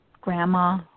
grandma